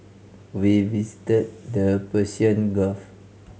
we visited the Persian Gulf